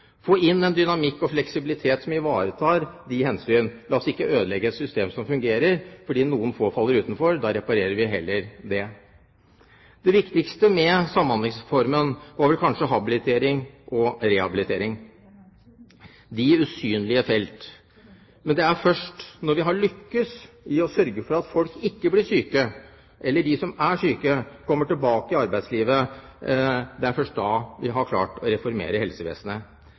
få inn en dynamikk og en fleksibilitet som ivaretar de hensyn. La oss ikke ødelegge et system som fungerer fordi noen få faller utenfor, da reparerer vi heller det. Det viktigste med Samhandlingsreformen var vel kanskje habilitering og rehabilitering, de usynlige felt. Men det er først når vi har lyktes i å sørge for at folk ikke blir syke eller at de som er syke, kommer tilbake i arbeidslivet etter å ha vært syke, at vi har klart å reformere helsevesenet.